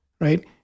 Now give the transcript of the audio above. right